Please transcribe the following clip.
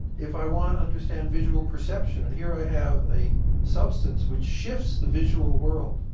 if i want to understand visual perception, and here i have a substance which shifts the visual world,